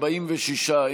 46,